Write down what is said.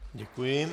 Děkuji.